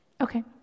Okay